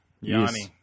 Yanni